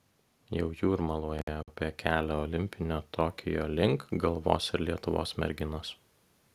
jau jūrmaloje apie kelią olimpinio tokijo link galvos ir lietuvos merginos